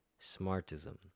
Smartism